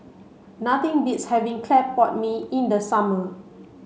nothing beats having clay pot mee in the summer